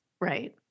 Right